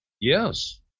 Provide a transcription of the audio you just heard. Yes